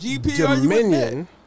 dominion